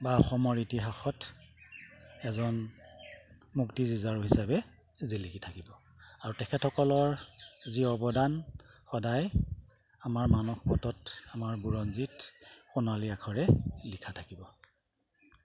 বা অসমৰ ইতিহাসত এজন মুক্তিযুঁজাৰু হিচাপে জিলিকি থাকিব আৰু তেখেতসকলৰ যি অৱদান সদায় আমাৰ মানসপটত আমাৰ বুৰঞ্জিত সোণালী আখৰে লিখা থাকিব